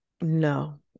No